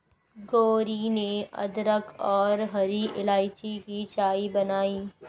गौरी ने अदरक और हरी इलायची की चाय बनाई